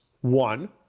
One